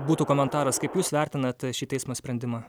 būtų komentaras kaip jūs vertinat šį teismo sprendimą